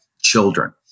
children